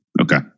Okay